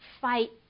fight